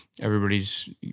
everybody's